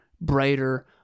brighter